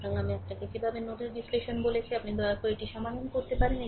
সুতরাং আমি আপনাকে যেভাবে নোডাল বিশ্লেষণে বলেছি আপনি দয়া করে এটি সমাধান করতে পারেন